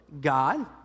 God